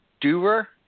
Doer